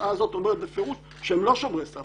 ההצעה הזאת אומרת בפירוש שהם לא שומרי סף.